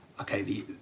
Okay